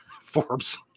Forbes